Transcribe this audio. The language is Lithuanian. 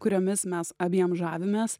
kuriomis mes abiem žavimės